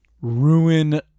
ruin